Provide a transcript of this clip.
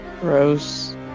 Gross